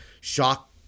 shock